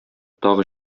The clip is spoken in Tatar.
тагы